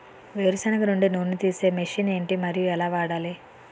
వేరు సెనగ నుండి నూనె నీ తీసే మెషిన్ ఏంటి? మరియు ఎలా వాడాలి?